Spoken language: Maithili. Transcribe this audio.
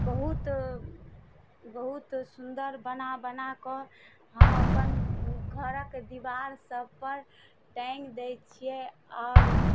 बहुत बहुत सुन्दर बना बना कऽ हम अपन घरक दिवार सबपर टाङ्मगि दै छियै आओर